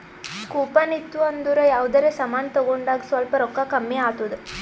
coupon ಇತ್ತು ಅಂದುರ್ ಯಾವ್ದರೆ ಸಮಾನ್ ತಗೊಂಡಾಗ್ ಸ್ವಲ್ಪ್ ರೋಕ್ಕಾ ಕಮ್ಮಿ ಆತ್ತುದ್